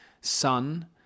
son